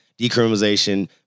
decriminalization